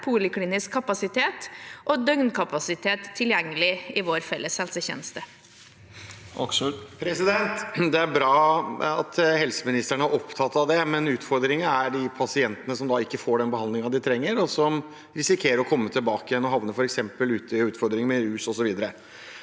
poliklinisk kapasitet og døgnkapasitet tilgjengelig i vår felles helsetjeneste. Bård Hoksrud (FrP) Det er bra at helse- ministeren er opptatt av det, men utfordringen er de pasientene som ikke får den behandlingen de trenger, og som risikerer å komme tilbake igjen og havne i utfordringer med rus osv.